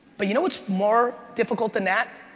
but you know what's more difficult than that?